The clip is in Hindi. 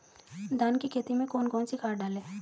धान की खेती में कौन कौन सी खाद डालें?